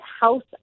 house